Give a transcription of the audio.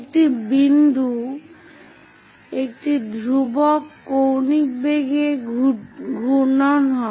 একটি বিন্দু একটি ধ্রুবক কৌণিক বেগে ঘূর্ণন হয়